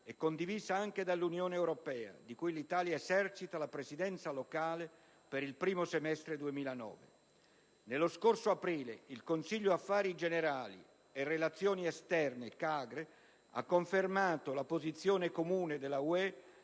è condivisa anche dall'Unione europea, di cui l'Italia esercita la Presidenza locale per il primo semestre 2009. Nello scorso aprile, il Consiglio affari generali e relazioni esterne (CAGRE) ha confermato la posizione comune dell'Unione